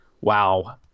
Wow